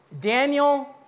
Daniel